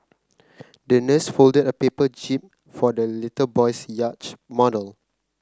the nurse folded a paper jib for the little boy's yacht model